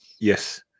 Yes